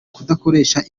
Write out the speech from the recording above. kudakoresha